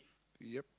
yup